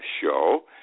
show